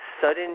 Sudden